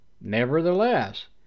Nevertheless